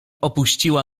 opuściła